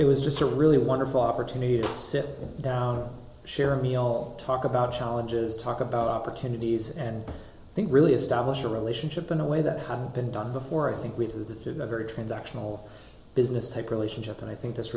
it was just a really wonderful opportunity to sit down share a meal talk about challenges talk about opportunities and i think really establish a relationship in a way that hadn't been done before i think we do the very transactional business type relationship and i think th